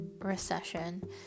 recession